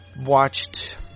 watched